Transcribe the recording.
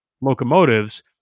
locomotives